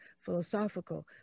philosophical